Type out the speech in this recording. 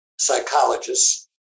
psychologists